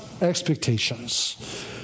expectations